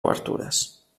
obertures